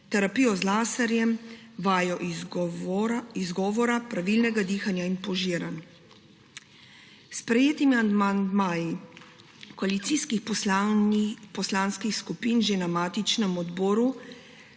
terapijo z laserjem, vajo izgovorjave, pravilnega dihanja in požiranja. S sprejetimi amandmaji koalicijskih poslanskih skupin se je že na matičnem odboru